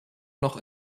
noch